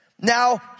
Now